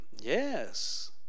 Yes